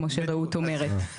כמו שרעות אומרת.